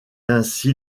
ainsi